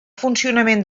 funcionament